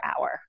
hour